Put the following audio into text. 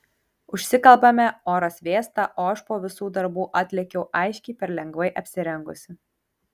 užsikalbame oras vėsta o aš po visų darbų atlėkiau aiškiai per lengvai apsirengusi